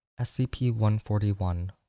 SCP-141